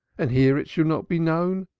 and here it shall not be known?